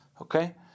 Okay